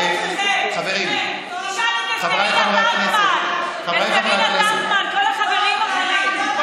אסתרינה טרטמן וכל החברים האחרים.